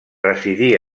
residí